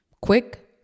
quick